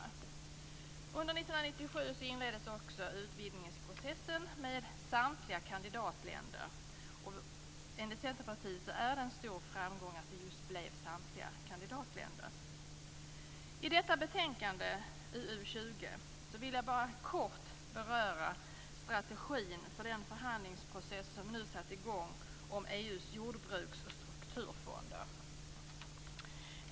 Under 1997 inleddes också utvidgningsprocessen med samtliga kandidatländer. Enligt Centerpartiet är det en stor framgång att det just blev samtliga kandidatländer. I detta betänkande UU:20 vill jag bara kort beröra strategin för den förhandlingsprocess som nu satts igång om EU:s jordbruks och strukturfonder.